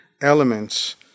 elements